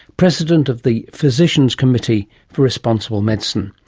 president of the physicians committee for responsible medicine.